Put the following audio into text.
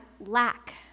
lack